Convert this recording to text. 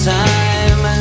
time